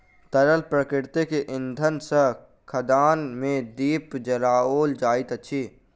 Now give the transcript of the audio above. तरल प्राकृतिक इंधन सॅ खदान मे दीप जराओल जाइत अछि